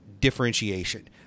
differentiation